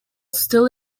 still